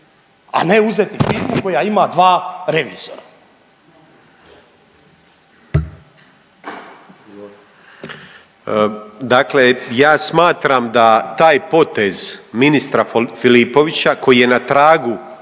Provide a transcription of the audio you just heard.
a ne uzeti firmu koja ima dva revizora. **Grmoja, Nikola (MOST)** Dakle, ja smatram da taj potez ministra Filipovića koji je na tragu